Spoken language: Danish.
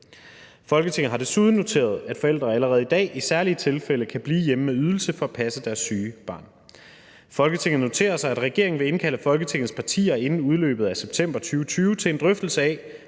Folketinget har desuden noteret, at forældre allerede i dag i særlige tilfælde kan blive hjemme med ydelse for at passe deres syge barn. Folketinget noterer sig, at regeringen vil indkalde Folketingets partier inden udløbet af september 2020 til en drøftelse af,